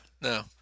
No